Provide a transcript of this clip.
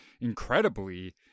incredibly